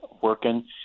working